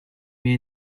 mie